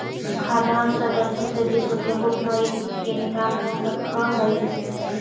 खाद्यान्न संरक्षण से विश्व के भुखमरी के निदान हो सकऽ हइ